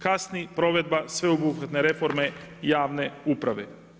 Kasni provedba sveobuhvatne reforme javne uprave.